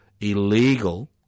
illegal